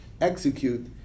execute